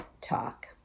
Talk